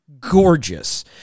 gorgeous